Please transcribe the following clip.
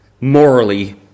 morally